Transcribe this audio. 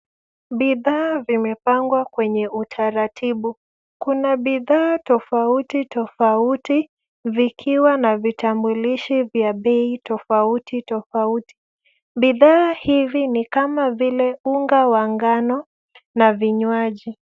Bidhaa zimepangwa kwenye utaratibu. Kuna bidhaa tofauti tofauti zikiwa na vitambulishi vya bei tofauti tofauti. Bidhaa hizi kama vile unga wa ngano na vinywaji.